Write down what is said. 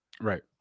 right